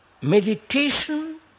meditation